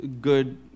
good